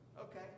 Okay